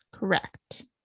Correct